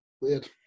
Weird